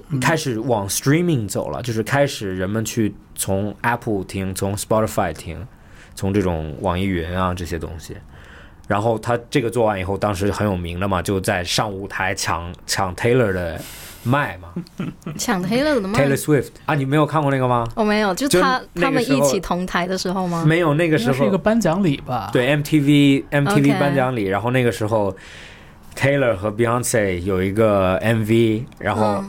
嗯。开始往streaming走了，就是开始人们去从Apple听，从Spotify听，从这种网易云啊这些东西。然后他这个做完以后，当时很有名的嘛，就在上舞台抢- 抢Taylor的麦嘛。 抢Taylor的麦。Taylor Swift。 啊，你没有看过那个吗？我没有，就他-就那个时候-他们一起同台的时候吗？没有，那个时候-应该是一个颁奖礼吧。对，MTV- MTVOK。颁奖礼，然后那个时候，Taylor和Beyonce有一个MV，然后-嗯。